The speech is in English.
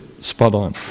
spot-on